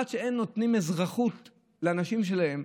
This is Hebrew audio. עד שהן נותנות אזרחות לאנשים שלהן,